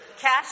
cash